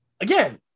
again